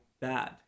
bad